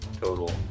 total